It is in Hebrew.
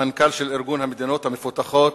המנכ"ל של ארגון המדינות המפותחות,